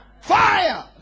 Fire